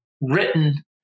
written